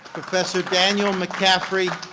professor daniel mccaffry.